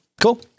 Cool